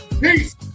Peace